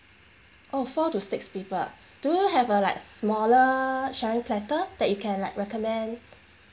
oh four to six people do have a like smaller sharing platter that you can like recommend